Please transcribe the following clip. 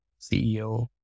CEO